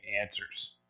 answers